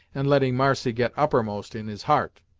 and letting marcy get uppermost in his heart.